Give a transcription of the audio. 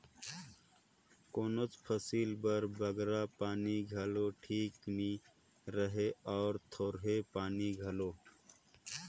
कोनोच फसिल बर बगरा पानी घलो ठीक नी रहें अउ थोरहें पानी घलो